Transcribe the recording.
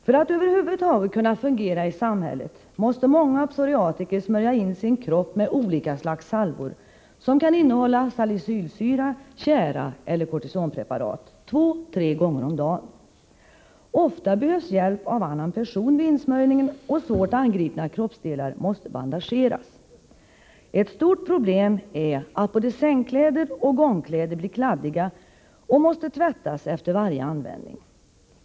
För att över huvud taget kunna fungera i samhället måste många psoriatiker smörja in sin kropp med olika slags salvor — som kan innehålla salicylsyra, tjära eller cortisonpreparat — två till tre gånger om dagen. Ofta behövs hjälp av annan person vid insmörjningen, och svårt angripna kroppsdelar måste bandageras. Ett stort problem är att både sängkläder och gångkläder blir kladdiga och måste tvättas efter varje användning.